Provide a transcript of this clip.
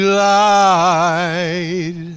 light